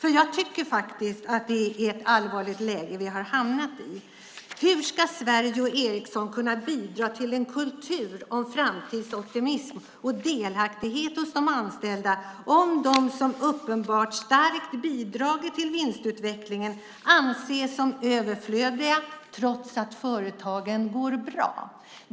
Vi har hamnat i ett allvarligt läge. Hur ska Sverige och Ericsson bidra till en kultur av framtidsoptimism och delaktighet hos de anställda om de som uppenbart starkt bidragit till vinstutvecklingen anses som överflödiga trots att företagen går bra?